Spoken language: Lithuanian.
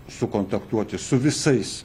sukontaktuoti su visais